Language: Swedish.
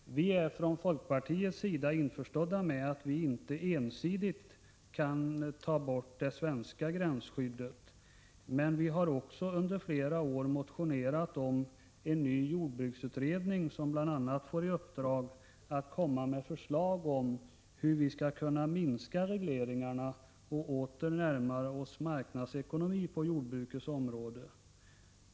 Herr talman! Jag tackar för detta svar. Inom folkpartiet är vi införstådda med att vi inte ensidigt kan ta bort det svenska gränsskyddet, men vi har också under flera år motionerat om en ny jordbruksutredning, som bl.a. kan få i uppdrag att komma med förslag om hur vi skall kunna minska regleringarna och närma oss marknadsekonomin på jordbrukets område.